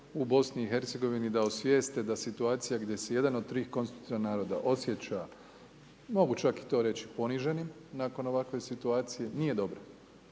da osvijeste da situaciju gdje se 1 od 3 konstitutivna naroda osjeća, mogu čak i to reći, poniženim nakon ovakve situacije, nije dobro,